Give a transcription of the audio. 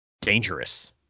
dangerous